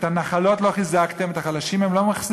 את הנחלות לא חזקתם" את החלשים הם לא מחזקים.